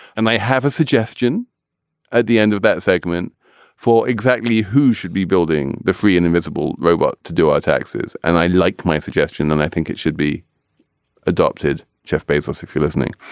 and i have a suggestion at the end of that segment for exactly who should be building the free and invisible robot to do our taxes. and i like my suggestion and i think it should be adopted just based on free listening.